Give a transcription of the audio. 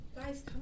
Guys